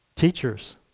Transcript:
Teachers